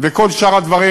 וכל שאר הדברים,